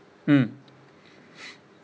mm